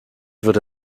würde